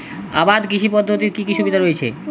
আবাদ কৃষি পদ্ধতির কি কি সুবিধা রয়েছে?